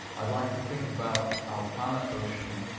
i'd like to think about our planet ocean.